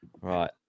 Right